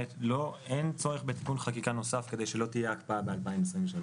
אין צורך בתיקון חקיקה נוסף כדי שלא תהיה הקפאה ב-2023.